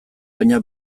baina